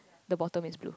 the bottom is blue